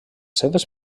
seves